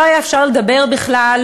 לא היה אפשר לדבר בכלל,